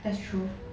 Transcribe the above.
that's true